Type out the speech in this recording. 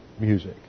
music